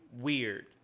weird